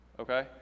okay